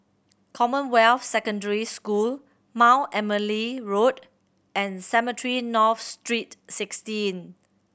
Commonwealth Secondary School Mount Emily Road and Cemetry North Street Sixteen